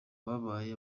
babaye